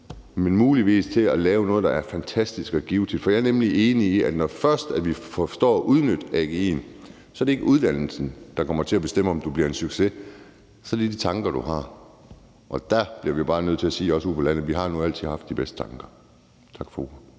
men muligheder for at lave noget, der er fantastisk og givtigt. For jeg er enig i, at når vi først forstår at udnytte AGI, er det ikke uddannelsen, der kommer til at bestemme, om du bliver en succes. Så er det de tanker, du har, og der bliver man bare nødt til at sige, at os ude på landet nu altid har haft de bedste tanker. Tak for